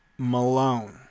Malone